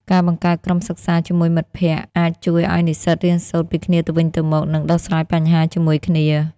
ការបង្កើតក្រុមសិក្សាជាមួយមិត្តភ័ក្តិអាចជួយឲ្យនិស្សិតរៀនសូត្រពីគ្នាទៅវិញទៅមក និងដោះស្រាយបញ្ហាជាមួយគ្នា។